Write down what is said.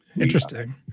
interesting